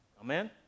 Amen